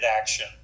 action